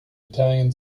italian